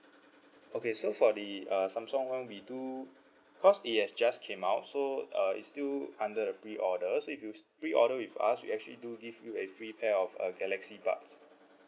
okay so for the uh samsung one we do because it has just came out so uh it's still under the pre-order so if you say pre-order with us we actually do give you a free pair of uh galaxy buds